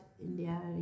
India